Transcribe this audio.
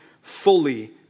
fully